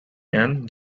and